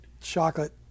chocolate